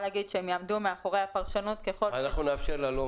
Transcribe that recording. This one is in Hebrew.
להגיד שהם יעמדו מאחורי הפרשנות ככל ש --- נאפשר לה.